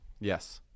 Yes